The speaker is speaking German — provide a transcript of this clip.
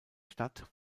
stadt